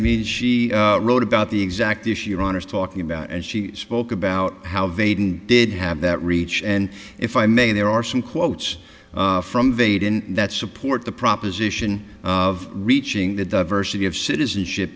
mean she wrote about the exact issue iran is talking about and she spoke about how vaden did have that reach and if i may there are some quotes from vaden that support the proposition of reaching the diversity of citizenship